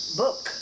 book